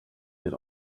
get